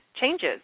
changes